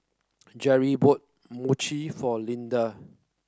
Jerry bought Mochi for Lidia